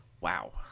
Wow